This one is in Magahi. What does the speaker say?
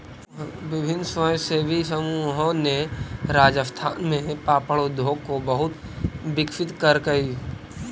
विभिन्न स्वयंसेवी समूहों ने राजस्थान में पापड़ उद्योग को बहुत विकसित करकई